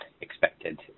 expected